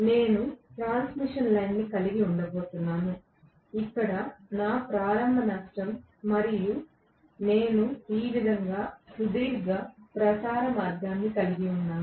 నేను transmission line కలిగి ఉండబోతున్నాను ఇక్కడ నా ప్రారంభ స్థానం మరియు నేను ఈ విధంగా సుదీర్ఘ ప్రసార మార్గాన్ని కలిగి ఉన్నాను